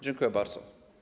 Dziękuję bardzo.